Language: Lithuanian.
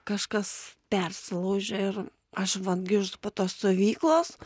kažkas persilaužė ir aš vat grįžtu po to stovyklos